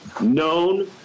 known